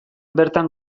bertan